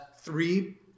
three